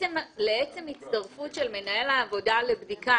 עצם ההצטרפות של מנהל העבודה לבדיקה